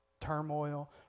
turmoil